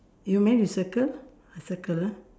you managed to circle I circle ah